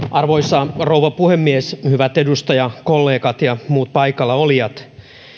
arvoisa rouva puhemies hyvät edustajakollegat ja muut paikalla olijat